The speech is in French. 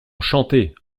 chantait